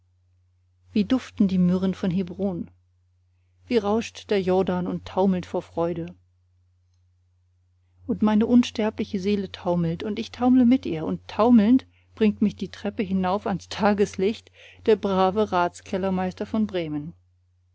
wie duften die myrrhen vom hebron wie rauscht der jordan und taumelt vor freude auch meine unsterbliche seele taumelt und ich taumle mit ihr und taumelnd bringt mich die treppe hinauf ans tagslicht der brave ratskellermeister von bremen